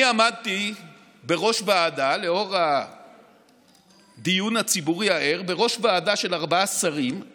לאור הדיון הציבורי הער, אני